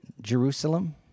Jerusalem